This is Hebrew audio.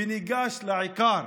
וניגש לעיקר,